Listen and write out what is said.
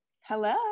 hello